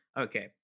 okay